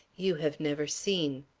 you have never seen.